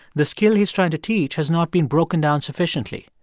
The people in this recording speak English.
the skill he's trying to teach has not been broken down sufficiently.